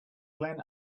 glen